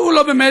והוא לא באמת,